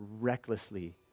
recklessly